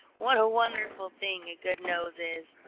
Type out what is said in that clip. what a wonderful thing a good nose is!